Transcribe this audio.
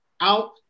out